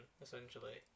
essentially